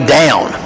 down